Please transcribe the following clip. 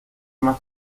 más